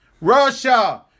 Russia